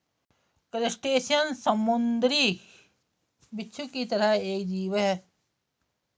crustacean समुंद्री बिच्छू की तरह एक जीव है